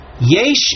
Yesh